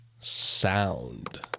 Sound